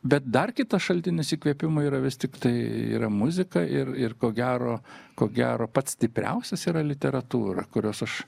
bet dar kitas šaltinis įkvėpimui yra vis tiktai yra muzika ir ir ko gero ko gero pats stipriausias yra literatūra kurios aš